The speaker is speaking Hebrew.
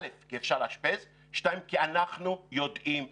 א' כי אפשר לאשפז, דבר שני, כי אנחנו יודעים לטפל.